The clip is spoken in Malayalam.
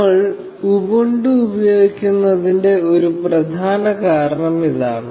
നമ്മൾ ഉബുണ്ടു ഉപയോഗിക്കുന്നതിന്റെ ഒരു പ്രധാന കാരണം ഇതാണ്